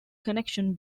connection